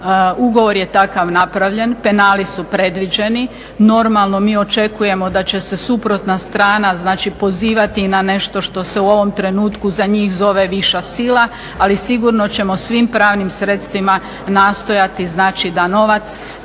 ugovor je takav napravljen, penali su predviđeni. Normalno mi očekujemo da će se suprotna strana znači pozivati na nešto što se u ovom trenutku za njih zove viša sila ali sigurno ćemo svim pravnim sredstvima nastojati znači